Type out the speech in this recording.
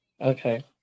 Okay